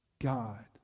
God